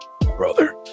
brother